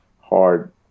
hard